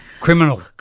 Criminal